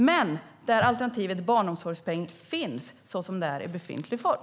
Men alternativet barnomsorgspeng ska finnas i befintlig form.